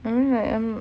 I mean like I'm